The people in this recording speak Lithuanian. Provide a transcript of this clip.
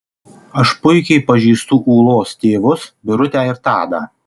aš puikiai pažįstu ūlos tėvus birutę ir tadą